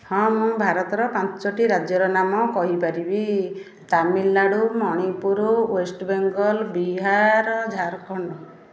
ହଁ ହଁ ଭାରତର ପାଞ୍ଚଟି ରାଜ୍ୟର ନାମ କହିପାରିବି ତାମିଲନାଡ଼ୁ ମଣିପୁର ୱେଷ୍ଟ୍ ବେଙ୍ଗଲ ବିହାର ଝାଡ଼ଖଣ୍ଡ